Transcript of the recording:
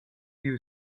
you